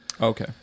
Okay